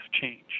change